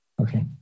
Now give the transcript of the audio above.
Okay